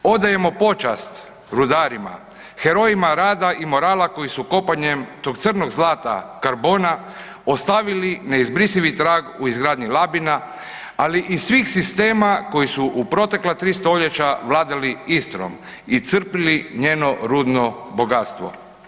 Odajemo počast rudarima, herojima rada i morala koji su kopanjem tog crnog zlata karbona ostavili neizbrisivi trag u izgradnji Labini, ali i svih sistema koji su u protekla 3 stoljeća vladali Istrom i crpili njeno rudno bogatstvo.